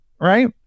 right